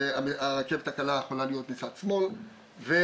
הרכבת הקלה יכולה להיות מצד שמאל וזה